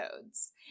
codes